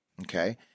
Okay